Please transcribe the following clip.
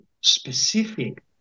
specific